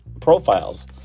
profiles